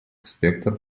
спектр